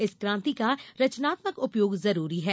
इस क्रांति का रचनात्मक उपयोग जरूरी है